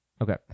Okay